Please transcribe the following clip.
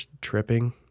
tripping